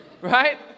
right